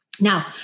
Now